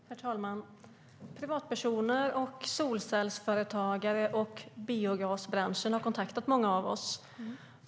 Herr talman! Privatpersoner, solcellsföretagare och representanter för biogasbranschen har kontaktat många av oss.